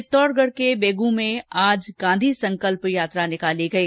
चित्तौडगढ के बेगूं में आज गांधी संकल्प यात्रा निकाली गई